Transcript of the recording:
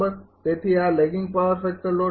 તેથી આ lagging power factor load છે